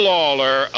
Lawler